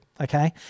okay